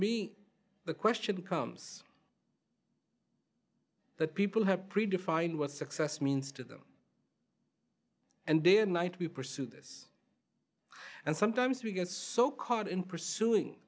me the question comes that people have pre defined was success means to them and their night we pursue this and sometimes we get so caught in pursuing